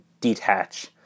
detach